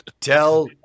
tell